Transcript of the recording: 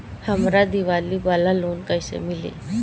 हमरा दीवाली वाला लोन कईसे मिली?